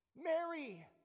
Mary